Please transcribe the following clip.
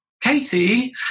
Katie